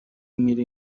میری